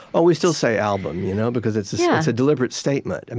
oh, we still say album, you know because it's yeah it's a deliberate statement. and